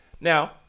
Now